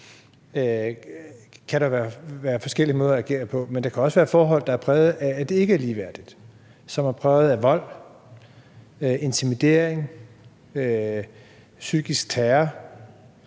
kan der være forskellige måder at agere på. Men der kan også være forhold, der er præget af, at det ikke er ligeværdigt, og som er præget af vold, intimidering, psykisk terror.